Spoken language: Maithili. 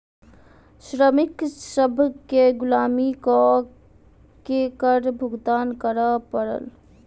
श्रमिक सभ केँ गुलामी कअ के कर भुगतान करअ पड़ल